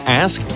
ask